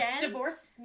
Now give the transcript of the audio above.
Divorced